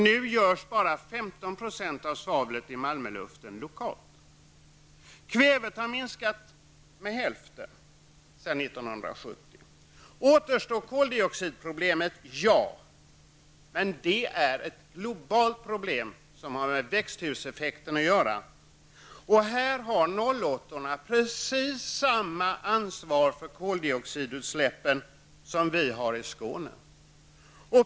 Nu kommer endast 15 % av svavlet i Malmöluften från lokala källor. Kvävet har minskat med hälften sedan 1970. Då återstår problemet med koldioxid. Men det är ett globalt problem som har med växthuseffekten att göra. Här har 08-orna precis samma ansvar för koldioxidutsläppen som vi har i Skåne.